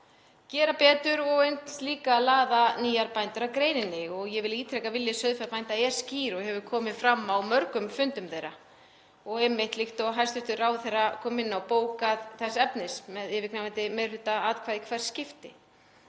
gera betur og eins líka laða nýja bændur að greininni. Ég vil ítreka að vilji sauðfjárbænda er skýr og hefur komið fram á mörgum fundum þeirra og, líkt og hæstv. ráðherra kom inn á, verið bókað þess efnis með yfirgnæfandi meiri hluta atkvæða í hvert skipti.